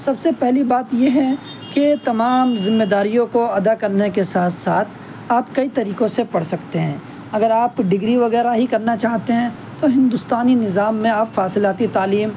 سب سے پہلی بات یہ ہے کہ تمام ذمہ داریوں کو ادا کرنے کے ساتھ ساتھ آپ کئی طریقوں سے پڑھ سکتے ہیں اگر آپ ڈگری وغیرہ ہی کرنا چاہتے ہیں تو ہندوستانی نظام میں آپ فاصلاتی تعلیم